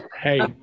Hey